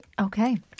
Okay